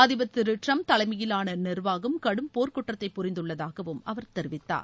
அதிபர் திரு டிரம்ப் தலைமையிலான நிர்வாகம் கடும் போர்க்குற்றத்தை புரிந்துள்ளதாக அவர் தெரிவித்தார்